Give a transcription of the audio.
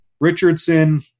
Richardson